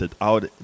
out